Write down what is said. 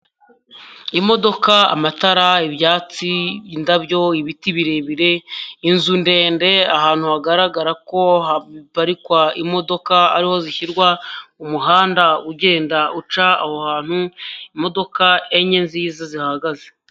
Imodoka, amatara, ibyatsi, indabyo, ibiti birebire, inzu ndende, ahantu hagaragara ko haparikwa imodoka ariho zishyirwa, umuhanda ugenda uca aho hantu, imodoka enye nziza zihagaze.